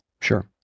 Sure